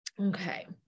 Okay